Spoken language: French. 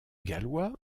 gallois